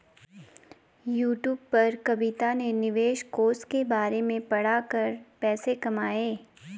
YouTube पर कविता ने निवेश कोष के बारे में पढ़ा कर पैसे कमाए